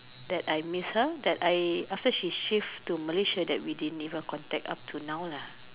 that I miss her that I after she shift to Malaysia we didn't even contact up till now lah